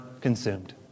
consumed